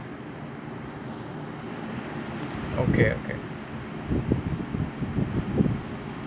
okay okay